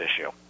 issue